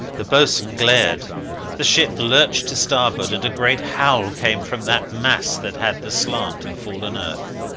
the boatswain glared the ship lurched to starboard, and great howl came from that mass that had the slant of fallen earth.